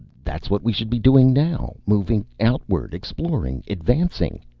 that's what we should be doing now. moving outward, exploring, advancing.